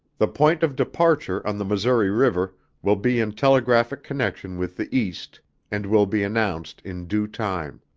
the point of departure on the missouri river will be in telegraphic connection with the east and will be announced in due time.